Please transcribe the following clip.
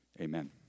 amen